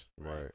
Right